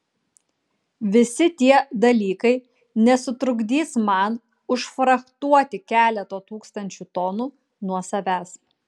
visi tie dalykai nesutrukdys man užfrachtuoti keleto tūkstančio tonų nuo savęs